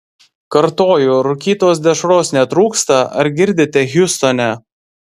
kartoju rūkytos dešros netrūksta ar girdite hjustone